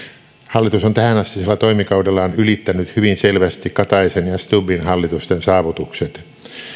hallitus on tähänastisella toimikaudellaan ylittänyt hyvin selvästi kataisen ja stubbin hallitusten saavutukset